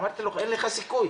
אמרתי לו אין לך סיכוי.